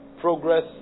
progress